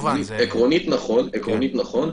עקרונית נכון,